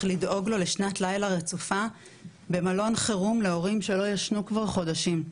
לדאוג לו לשנת לילה רצופה במלון חירום להורים שלא ישנו כבר חודשים.